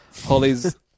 Holly's